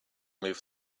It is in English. move